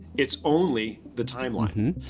it's only the timeline.